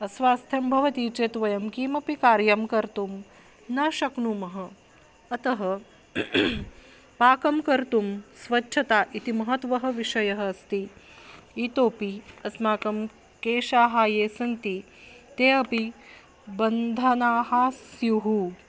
अस्वास्थ्यं भवति चेत् वयं किमपि कार्यं कर्तुं न शक्नुमः अतः पाकं कर्तुं स्वच्छता इति महत्वविषयः अस्ति इतोपि अस्माकं केशाः ये सन्ति ते अपि बन्धनाः स्युः